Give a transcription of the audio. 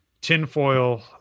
tinfoil